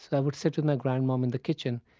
so i would sit with my grandmom in the kitchen.